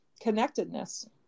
connectedness